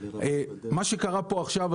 מה שקרה כאן עכשיו,